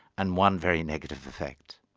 and one very negative effect.